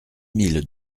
mille